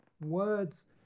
Words